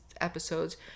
episodes